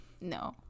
no